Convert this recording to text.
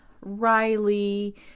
Riley